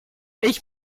ich